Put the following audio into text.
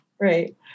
right